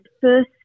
first